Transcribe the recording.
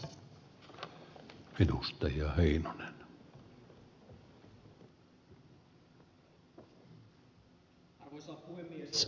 arvoisa puhemies